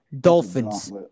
Dolphins